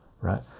right